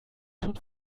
schon